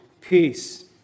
peace